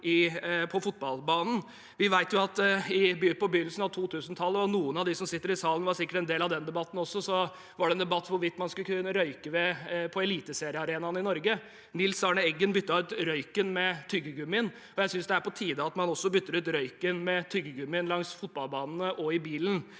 Vi vet at på begynnelsen av 2000-tallet var det en debatt – og noen av dem som sitter i salen, var sikkert en del av den også – om hvorvidt man skulle kunne røyke på eliteseriearenaene i Norge. Nils Arne Eggen byttet ut røyken med tyggegummi, og jeg synes det er på tide at man også bytter ut røyken med tyggegummi langs fotballbanene og i bilen.